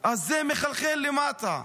אז זה מחלחל למטה.